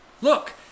Look